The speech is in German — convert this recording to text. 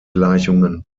gleichungen